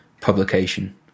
publication